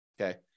Okay